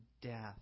death